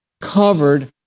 covered